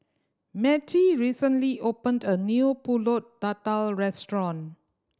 Mattie recently opened a new Pulut Tatal restaurant